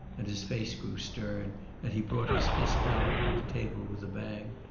and his face grew stern and he brought his fist down upon the table with a bang,